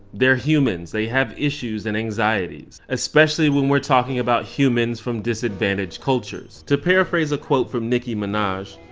they're humans. they have issues and anxieties. especially when we're talking about humans from disadvantaged cultures. to paraphrase a quote from nicki minaj,